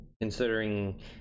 considering